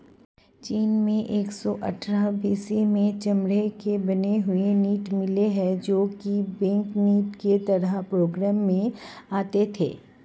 चीन में एक सौ अठ्ठारह बी.सी में चमड़े के बने हुए नोट मिले है जो की बैंकनोट की तरह प्रयोग में आते थे